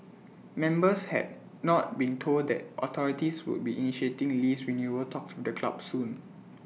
members had not been told that authorities would be initiating lease renewal talks with the club soon